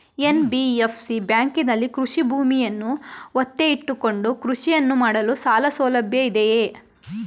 NBFC ಬ್ಯಾಂಕಿನಲ್ಲಿ ಕೃಷಿ ಭೂಮಿಯನ್ನು ಒತ್ತೆ ಇಟ್ಟುಕೊಂಡು ಕೃಷಿಯನ್ನು ಮಾಡಲು ಸಾಲಸೌಲಭ್ಯ ಇದೆಯಾ?